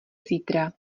zítra